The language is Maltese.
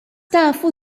tafu